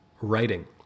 writing